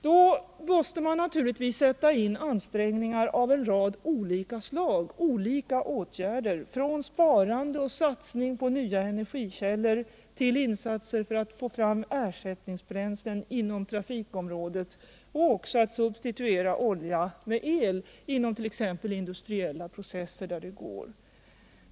Då måste man naturligtvis sätta in ansträngningar av olika slag — olika åtgärder från sparande och satsning på nya energikällor till insatser för att få fram ersättningsbränslen inom trafikområdet och för att substituera olja med el inom t.ex. industriella processer där detta är möjligt.